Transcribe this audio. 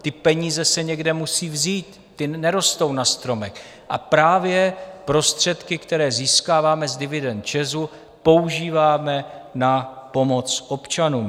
Ty peníze se někde musí vzít, ty nerostou na stromech, a právě prostředky, které získáváme z dividend ČEZu, používáme na pomoc občanům.